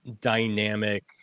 dynamic